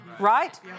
right